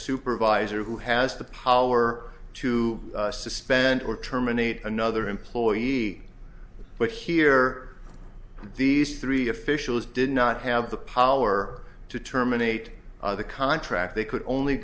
supervisor who has the power to suspend or terminate another employee but here these three officials did not have the power to terminate the contract they could only